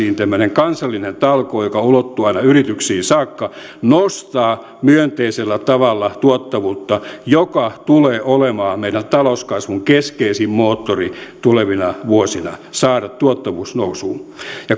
tällaiset kansalliset talkoot jotka ulottuvat aina yrityksiin saakka nostaa myönteisellä tavalla tuottavuutta joka tulee olemaan meidän talouskasvun keskeisin moottori tulevina vuosina saada tuottavuus nousuun